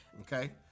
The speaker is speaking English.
okay